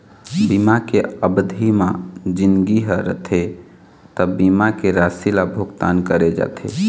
बीमा के अबधि म जिनगी ह रथे त बीमा के राशि ल भुगतान करे जाथे